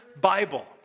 Bible